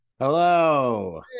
Hello